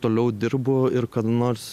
toliau dirbu ir kada nors